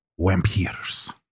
wampirs